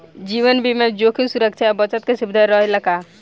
जीवन बीमा में जोखिम सुरक्षा आ बचत के सुविधा रहेला का?